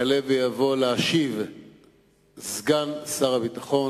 יעלה ויבוא להשיב סגן שר הביטחון,